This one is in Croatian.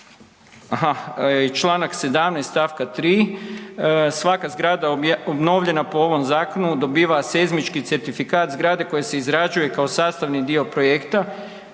aha, čl. 17. stavka 3., svaka zgrada obnovljena po ovom zakonu, dobiva seizmički certifikat zgrade koji je izrađuje kao sastavni dio projekta